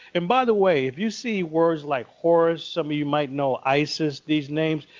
and by the way, if you see words like horus some you might know isis, these names.